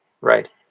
Right